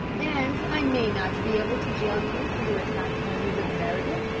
and i may not be able to jail you for your attacks on mrs. meredith,